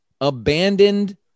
abandoned